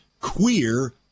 Queer